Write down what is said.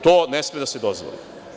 To ne sme da se dozvoli.